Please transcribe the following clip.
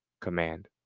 command